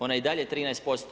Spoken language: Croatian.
Ona je i dalje 13%